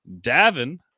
Davin